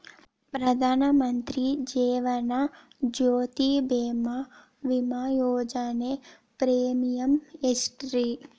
ಪ್ರಧಾನ ಮಂತ್ರಿ ಜೇವನ ಜ್ಯೋತಿ ಭೇಮಾ, ವಿಮಾ ಯೋಜನೆ ಪ್ರೇಮಿಯಂ ಎಷ್ಟ್ರಿ?